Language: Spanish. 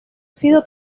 sido